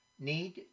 need